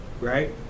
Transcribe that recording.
Right